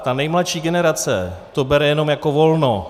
Ta nejmladší generace to bere jen jako volno.